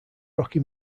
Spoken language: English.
rocky